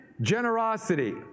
Generosity